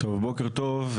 בוקר טוב,